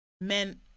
men